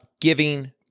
giving